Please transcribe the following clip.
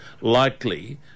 likely